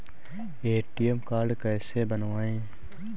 ATM card कैसे बनवाएँ?